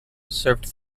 served